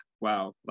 wow